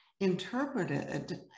interpreted